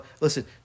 Listen